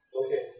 okay